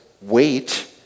wait